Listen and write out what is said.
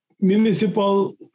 municipal